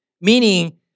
meaning